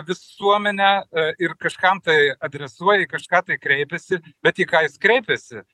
visuomenę ir kažkam tai adresuoja į kažką tai kreipiasi bet į ką jis kreipiasi